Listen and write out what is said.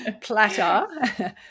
platter